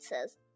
says